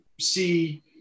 see